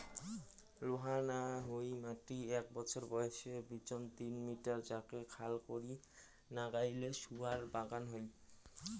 লোহা না হই মাটি এ্যাক বছর বয়সের বিচোন তিন মিটার ফাকে খাল করি নাগাইলে গুয়ার বাগান হই